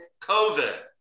COVID